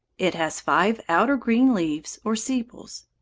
it has five outer green leaves, or sepals.